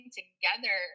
together